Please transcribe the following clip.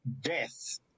death